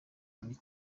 muri